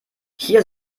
hier